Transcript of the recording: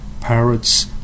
parrots